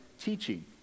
teaching